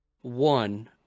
One